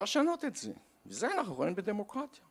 לשנות את זה. וזה אנחנו רואים בדמוקרטיה